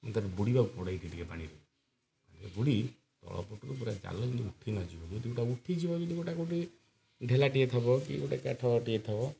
ତାପରେ ବୁଡ଼ିବାକୁ ପଡ଼େଇ ଟିକେ ପାଣିରେ ବୁଡ଼ି ତଳପଟରୁ ପୁରା ଜାଲ ଯଦି ଉଠି ନ ଯିବ ଯଦି ଗୋଟା ଉଠିଯିବ ଯଦି ଗୋଟା ଗୋଟେ ଢେଲା ଟିଏ ଥିବ କି ଗୋଟେ କାଠ ଟିଏ ଥବ